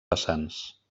vessants